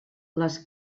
les